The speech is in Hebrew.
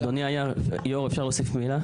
כבוד היו"ר אפשר להוסיף מילה